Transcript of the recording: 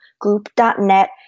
group.net